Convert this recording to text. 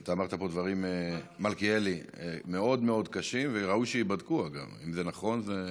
אתה אמרת דברים מאוד קשים, וראוי שייבדקו, אגב.